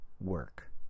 work